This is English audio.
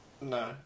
no